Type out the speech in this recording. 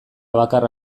bakarra